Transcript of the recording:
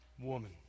woman